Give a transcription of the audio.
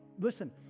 Listen